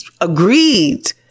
agreed